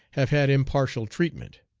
have had impartial treatment.